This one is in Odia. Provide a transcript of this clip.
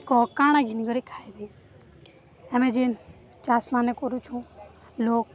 କହ କାଣା ଘିିନିକିରି ଖାଇବେ ଆମେ ଯେନ୍ ଚାଷ୍ମାନେ କରୁଛୁଁ ଲୋକ୍